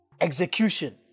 execution